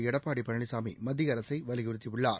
எடப்பாடி பழனிசாமி மத்திய அரசை வலியுறுத்தியுள்ளார்